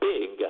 Big